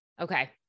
Okay